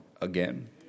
again